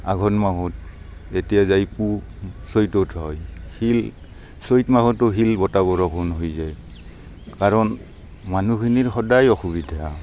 আঘোণ মাহত এতিয়া যাই পুহ চৈতত হয় শিল চৈত মাহতো শিল বতাহ বৰষুণ হৈ যায় কাৰণ মানুহখিনিৰ সদাই অসুবিধা